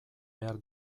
behar